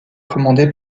commandé